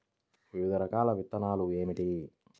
వివిధ రకాల విత్తనాలు ఏమిటి?